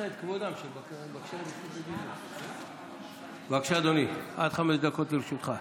בבקשה, אדוני, עד חמש דקות לרשותך.